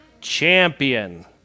Champion